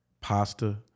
pasta